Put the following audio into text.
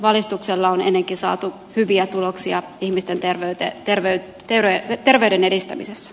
valistuksella on ennenkin saatu hyviä tuloksia ihmisten terveyden edistämisessä